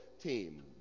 team